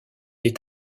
est